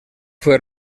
fue